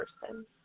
person